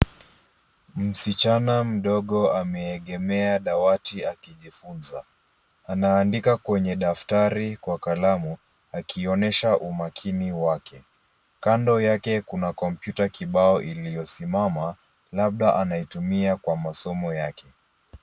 Msichana mdogo ameegemea dawati akijifunza. Anaandika kwenye daftari kwa kalamu akionyesha umakini wake. Kando yake kuna kompyuta kibao iliyosimama labda anaitumia kwa masomo yake.